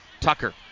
Tucker